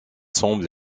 semble